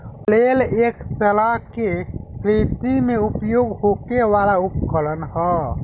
flail एक तरह के कृषि में उपयोग होखे वाला उपकरण ह